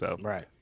Right